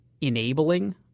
enabling